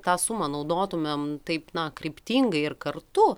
tą sumą naudotumėm taip na kryptingai ir kartu